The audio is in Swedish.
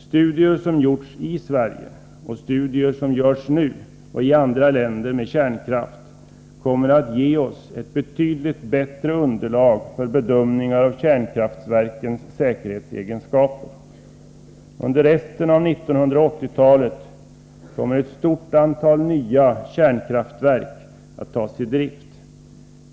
Studier som gjorts — och studier som görs nu — i Sverige och i andra länder med kärnkraft kommer att ge oss ett betydligt bättre underlag för bedömningar av kärnkraftens säkerhetsegenskaper. Under resten av 1980-talet kommer ett stort antal nya kärnkraftverk att tas i drift.